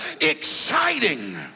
exciting